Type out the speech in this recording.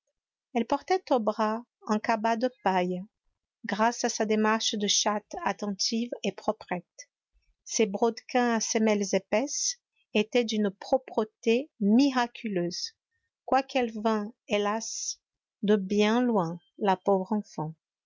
elle portait au bras un cabas de paille grâce à sa démarche de chatte attentive et proprette ses brodequins à semelles épaisses étaient d'une propreté miraculeuse quoiqu'elle vînt hélas de bien loin la pauvre enfant